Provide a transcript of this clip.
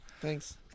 Thanks